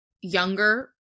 younger